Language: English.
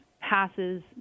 passes